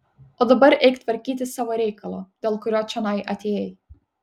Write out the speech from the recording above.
o dabar eik tvarkyti savo reikalo dėl kurio čionai atėjai